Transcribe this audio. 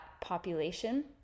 population